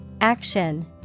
Action